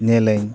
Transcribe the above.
ᱧᱮᱞᱟᱹᱧ